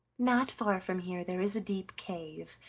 not far from here there is a deep cave,